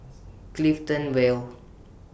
Clifton Vale